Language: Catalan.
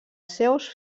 seus